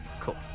Cool